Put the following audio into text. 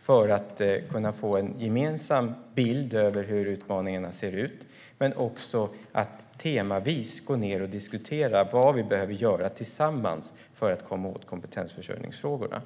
för att kunna få en gemensam bild av hur utmaningarna ser ut men också för att temavis kunna gå ned och diskutera vad vi behöver göra tillsammans för att komma åt kompetensförsörjningsfrågorna.